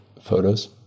photos